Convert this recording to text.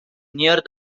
near